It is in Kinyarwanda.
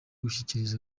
gushyikiriza